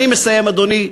אני מסיים, אדוני.